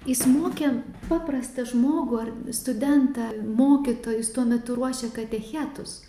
jis mokė paprastą žmogų ar studentą mokytojus tuo metu ruošė katechetus